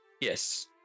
Yes